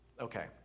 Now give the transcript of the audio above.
Okay